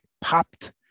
popped